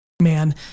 man